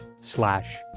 slash